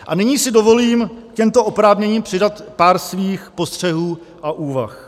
A nyní si dovolím k těmto oprávněním přidat pár svých postřehů a úvah.